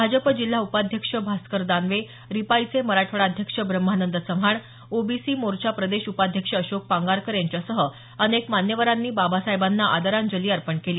भाजपा जिल्हा उपाध्यक्ष भास्कर दानवे रिपाईंचे मराठवाडा अध्यक्ष ब्रम्हानंद चव्हाण ओबीसी मोर्चा प्रदेशउपाध्यक्ष अशोक पांगारकर यांच्यासह अनेक मान्यवरांनी बाबासाहेबांना आदरांजली अर्पण केली